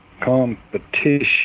competition